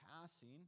passing